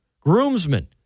Groomsman